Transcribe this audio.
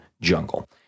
jungle